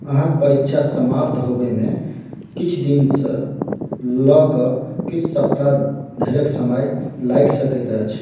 अहाँक परीक्षा समाप्त होबयमे किछु दिनसँ लऽ कऽ किछु सप्ताह धरिक समय लागि सकैत अछि